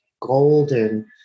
golden